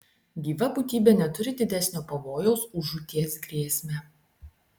gyva būtybė neturi didesnio pavojaus už žūties grėsmę